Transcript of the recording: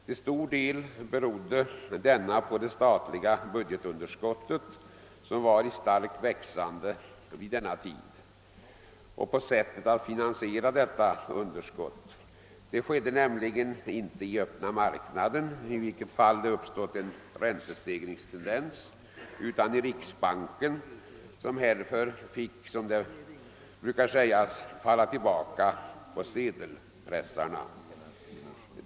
Till stor del berodde den på det statliga budgetunderskottet, som var i starkt växande vid denna tid, och på sättet att finansiera detta underskott. Det skedde nämligen inte i öppna marknaden, i vilket fall det hade uppstått en räntestegringstendens, utan i riksbanken som härför fick, som det brukar heta, falla tillbaka på sedelpressarna.